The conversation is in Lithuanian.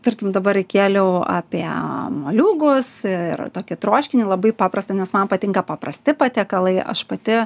tarkim dabar įkėliau apie moliūgus ir tokį troškinį labai paprastą nes man patinka paprasti patiekalai aš pati